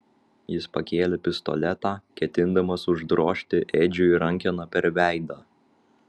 jis pakėlė pistoletą ketindamas uždrožti edžiui rankena per veidą